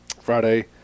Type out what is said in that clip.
friday